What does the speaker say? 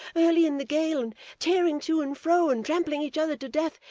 early in the gale, and tearing to and fro, and trampling each other to death,